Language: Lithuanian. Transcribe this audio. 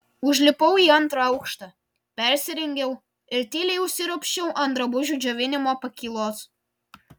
užlipau į antrą aukštą persirengiau ir tyliai užsiropščiau ant drabužių džiovinimo pakylos